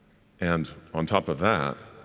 and on top of that,